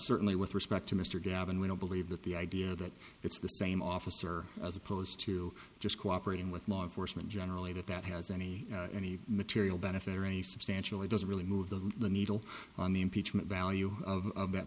certainly with respect to mr gavin we don't believe that the idea that it's the same officer as opposed to just cooperating with law enforcement generally that that has any any material benefit or any substantial it doesn't really move the needle on the impeachment value of that